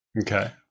Okay